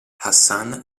hassan